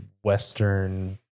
Western